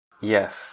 yes